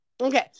Okay